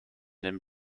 den